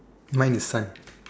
mine is sun